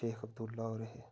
शेख अब्दुल्ला होरें